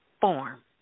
form